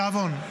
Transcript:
בתיאבון.